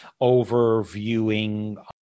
overviewing